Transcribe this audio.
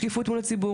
שקיפות מול הציבור.